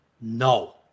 no